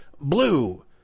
blue